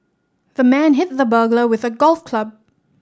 the man hit the burglar with a golf club